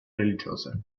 religiose